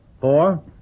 Four